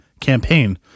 campaign